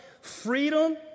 freedom